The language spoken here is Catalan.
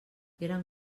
eren